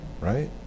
right